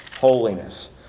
holiness